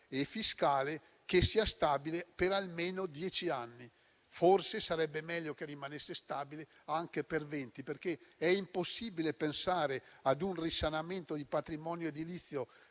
e fiscale che sia stabile per almeno dieci anni. Forse sarebbe meglio che rimanesse stabile anche per venti, perché è impossibile pensare ad un risanamento del patrimonio edilizio,